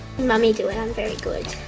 mommy do it, i'm very good.